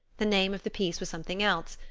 the name of the piece was something else,